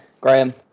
Graham